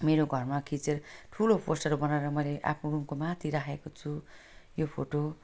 मेरो घरमा खिचे ठुलो पोस्टर बनाएर मैले आफ्नो रुमको माथि राखेको छु यो फोटो